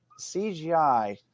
CGI